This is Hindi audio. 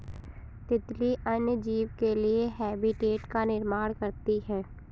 तितली अन्य जीव के लिए हैबिटेट का निर्माण करती है